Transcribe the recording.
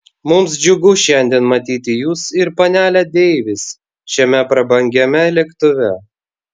mums džiugu šiandien matyti jus ir panelę deivis šiame prabangiame lėktuve